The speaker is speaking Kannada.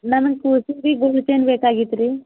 ನನ್ನ ಕೂಸಿಗೆ ಬಿ ಗೋಲ್ಡ್ ಚೈನ್ ಬೇಕಾಗಿತ್ತು ರೀ